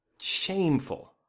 shameful